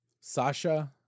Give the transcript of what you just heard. Sasha